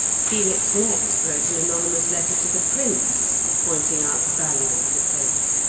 felix next wrote an anonymous letter to the prince pointing out the value of the place.